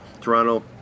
Toronto